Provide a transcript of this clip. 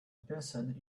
person